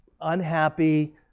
unhappy